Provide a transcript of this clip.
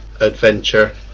adventure